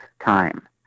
time